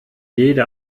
jede